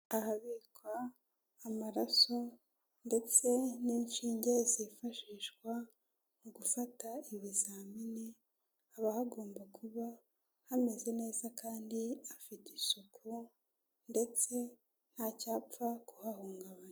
Ahabikwa amaraso ndetse n'inshinge, zifashishwa mu gufata ibizamini, haba hagomba kuba hameze neza kandi hafite isuku ndetse ntacyapfa kuhahungabanya.